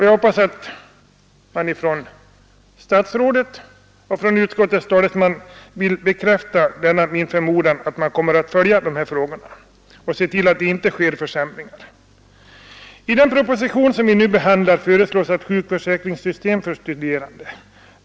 Jag hoppas att man från statsrådets sida vill bekräfta denna min förmodan att man kommer att följa de här frågorna och se till att det inte sker några försämringar. I den proposition som vi nu behandlar föreslås ett sjukförsäkringssystem för studerande.